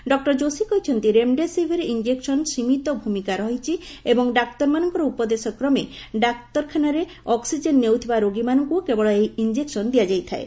doctor Joshi କହିଛନ୍ତି remdesivir ଇଞ୍ଜେକୁନର ସୀମିତ ଭୂମିକା ରହିଛି ଏବଂ ଡାକ୍ତରମାନଙ୍କର ଉପଦେଶ କ୍ରମେ ଡାକ୍ତରଖାନାରେ ଅକ୍ସିକ୍ଜେନ୍ ନେଉଥିବା ରୋଗୀମାନଙ୍କୁ କେବଳ ଏହି ଇଞ୍ଜେକ୍ଟନ ଦିଆଯାଇଥାଏ